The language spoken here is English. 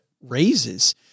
raises